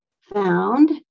found